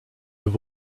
have